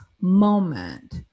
moment